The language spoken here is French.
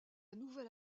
nouvelle